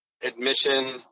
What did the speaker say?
admission